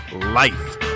life